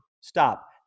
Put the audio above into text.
stop